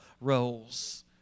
roles